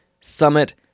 Summit